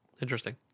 Interesting